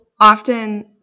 often